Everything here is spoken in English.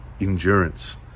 endurance